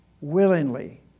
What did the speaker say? willingly